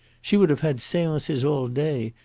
she would have had seances all day,